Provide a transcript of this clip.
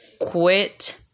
Quit